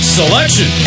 selection